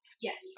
Yes